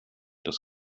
das